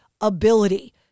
ability